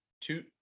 two